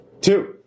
two